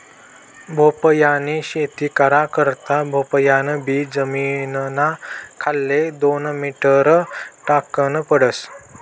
भोपयानी शेती करा करता भोपयान बी जमीनना खाले दोन मीटर टाकन पडस